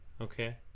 Okay